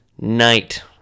night